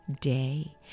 day